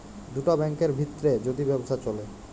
দুটা ব্যাংকের ভিত্রে যদি ব্যবসা চ্যলে